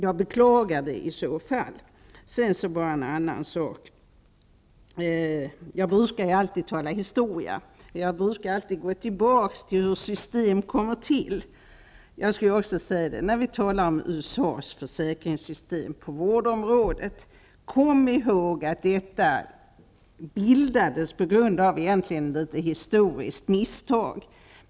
Jag beklagar det i så fall. Jag brukar alltid tala historia, gå tillbaka till hur system kommer till. Man skall komma ihåg att USA:s försäkringssystem på vårdområdet bildades på grund av ett misstag.